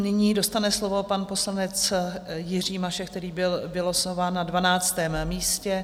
Nyní dostane slovo pan poslanec Jiří Mašek, který byl vylosován na 12. místě.